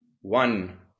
one